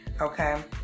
okay